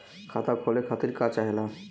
खाता खोले खातीर का चाहे ला?